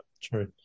true